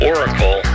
Oracle